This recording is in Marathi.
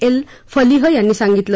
अल फलिह यांनी सांगितलं